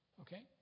Okay